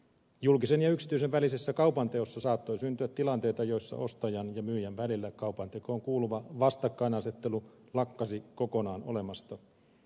julkisen ja yksityisen välisessä kaupanteossa saattoi syntyä tilanteita joissa ostajan ja myyjän välillä kaupantekoon kuuluva vastakkainasettelu lakkasi kokonaan olemasta